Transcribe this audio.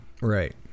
Right